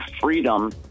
freedom